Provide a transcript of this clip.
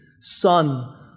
Son